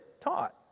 taught